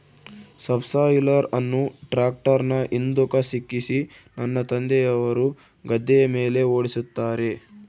subsoiler ಅನ್ನು ಟ್ರ್ಯಾಕ್ಟರ್ನ ಹಿಂದುಕ ಸಿಕ್ಕಿಸಿ ನನ್ನ ತಂದೆಯವರು ಗದ್ದೆಯ ಮೇಲೆ ಓಡಿಸುತ್ತಾರೆ